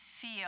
feel